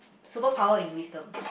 superpower in wisdom